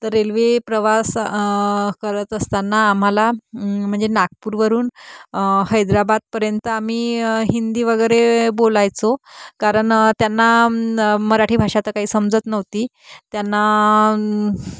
तर रेल्वे प्रवास करत असताना आम्हाला म्हणजे नागपूरवरून हैद्राबादपर्यंत आम्ही हिंदी वगैरे बोलायचो कारण त्यांना मराठी भाषा तर काही समजत नव्हती त्यांना